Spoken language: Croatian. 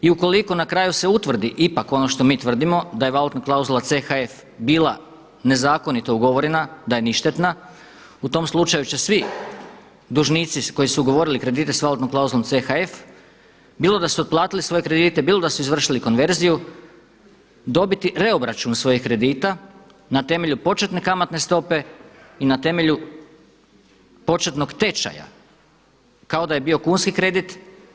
I ukoliko na kraju se utvrdi ipak ono što mi tvrdimo da je valutna klauzula CHF bila nezakonito ugovorena, da je ništetna u tom slučaju će svi dužnici koji su ugovorili kredite sa valutnom klauzulom CHF bilo da su otplatili svoje kredite, bilo da su izvršili konverziju dobiti reobračun svojih kredita na temelju početne kamatne stope i na temelju početnog tečaja kao da je bio kunski kredit.